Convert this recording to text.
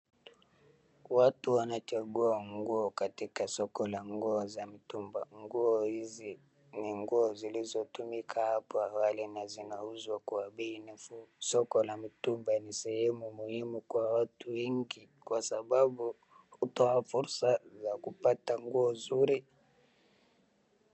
watu wanachagua nguo katika soko la nguo za mtumba. Nguo hizi ni nguo lizilotumika hapo awali na zinauzwa kwa bei nafuu. Soko la mtumbaa ni sehemu muhimu kwa watu wengi kwa sababu hupewa fursa ya kupata nguo nzurui.